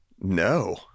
No